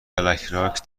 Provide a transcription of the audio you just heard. بلکراک